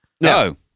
No